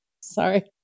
Sorry